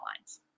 lines